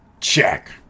check